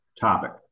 topic